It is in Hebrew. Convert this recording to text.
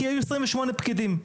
כי היו 28 פקידים.